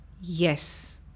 Yes